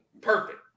perfect